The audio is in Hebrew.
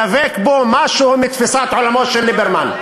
דבק בו משהו מתפיסת עולמו של ליברמן,